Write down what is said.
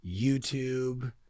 YouTube